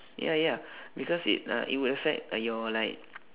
ya ya because it uh it will affect your like